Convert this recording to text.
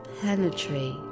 penetrate